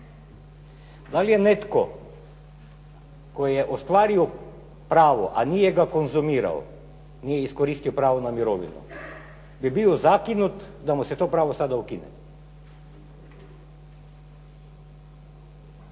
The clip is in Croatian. Da li je netko tko je ostvario pravo a nije ga konzumirao, nije iskoristio pravo na mirovinu bi bio zakinut da mu se to pravo sada ukine.